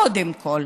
קודם כול.